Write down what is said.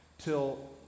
till